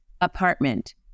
apartment